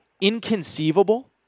inconceivable